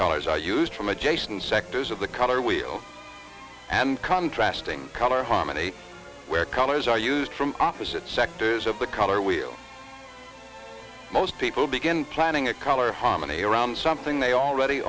colors are used from adjacent sectors of the color wheel and contrast ing color harmony where colors are used from opposite sectors of the color wheel most people begin planning a color harmony around something they already